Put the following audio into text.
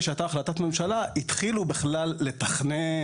שהייתה החלטת ממשלה התחילו בכלל לתכנן,